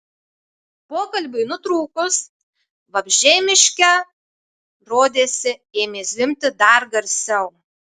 pokalbiui nutrūkus vabzdžiai miške rodėsi ėmė zvimbti dar garsiau